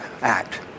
act